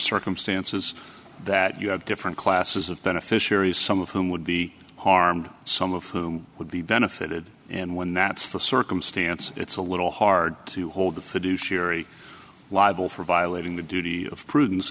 circumstances that you have different classes of beneficiaries some of whom would be harmed some of whom would be benefited and when that's the circumstance it's a little hard to hold the fiduciary liable for violating the duty of prudence